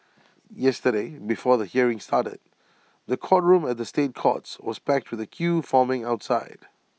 yesterday before the hearing started the courtroom at the state courts was packed with A queue forming outside